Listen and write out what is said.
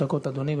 שלוש דקות, אדוני.